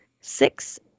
Six